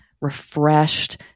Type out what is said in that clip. refreshed